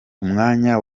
umwanya